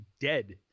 dead